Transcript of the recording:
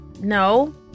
No